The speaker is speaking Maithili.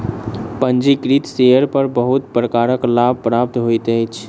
पंजीकृत शेयर पर बहुत प्रकारक लाभ प्राप्त होइत अछि